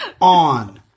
on